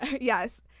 Yes